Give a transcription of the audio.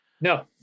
No